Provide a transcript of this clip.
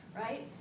right